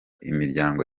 imiryango